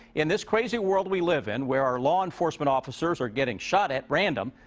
in this crazy world we live in, where our law enforcement officers are getting shot at random,